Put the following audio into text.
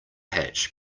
hatch